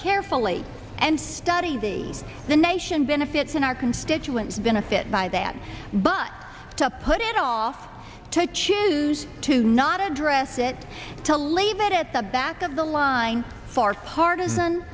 carefully and study the nation benefits and our constituents benefit by that but to put it off to choose to not address it to leave it at the back of the line for partisan